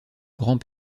grand